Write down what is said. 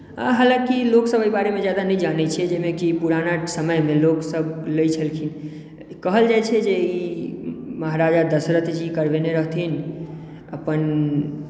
हलाँकि लोकसभ एहि बारेमे ज्यादा नहि जानैत छै जाहिमे कि पुराना समयमे लोकसभ लैत छलखिन कहल जाइत छै जे ई महाराजा दशरथजी करबेने रहथिन अपन